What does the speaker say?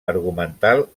argumental